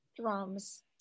drums